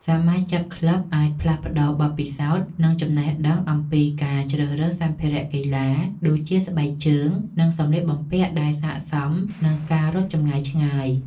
សមាជិកក្លឹបអាចផ្លាស់ប្តូរបទពិសោធន៍ និងចំណេះដឹងអំពីការជ្រើសរើសសម្ភារៈកីឡា ដូចជាស្បែកជើង និងសម្លៀកបំពាក់ដែលស័ក្តិសមនឹងការរត់ចម្ងាយឆ្ងាយ។